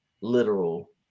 literal